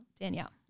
Danielle